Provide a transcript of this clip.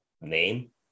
name